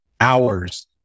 hours